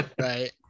Right